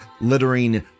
littering